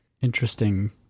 interesting